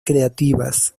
creativas